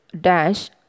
dash